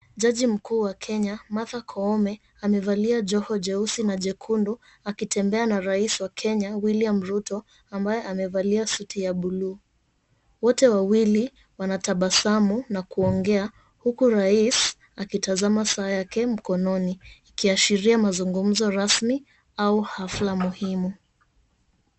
Jaji mkuu wa Kenya, Martha Koome amevalia joho jeusi na jekundu akitembea na rais wa Kenya William Ruto ambaye amevalia suti ya buluu. Wote wawili wanatabasamu na kuongea huku rais akitazama saa yake mkononi; ikiashiria mazungumzo rasmi au hafla muhimu.